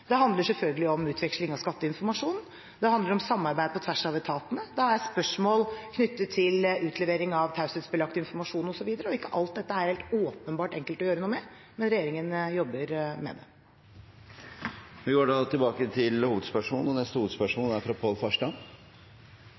Det handler selvfølgelig om utveksling av skatteinformasjon, det handler om samarbeid på tvers av etatene, det er spørsmål knyttet til utlevering av taushetsbelagt informasjon, osv. Ikke alt dette er helt åpenbart enkelt å gjøre noe med, men regjeringen jobber med det. Vi går videre til neste hovedspørsmål. Mitt spørsmål går til statsråd Vik Aspaker, som er